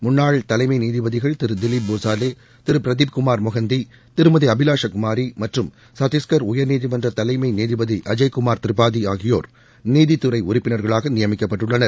முன்னாள் தலைமை நீதிபதிகள் திவீப் போசாலே திரு பிரதீப் குமார் மொகந்தி திருமதி அபிலாச மற்றும் சத்தீஸ்கர் உயர்நீதிமன்ற தலைமை நீதிபதி அஜய்குமார் திரிபாதி ஆகியோர் நீதித்துறை குமாரி உறுப்பினர்களாக நியமிக்கப்பட்டுள்ளனர்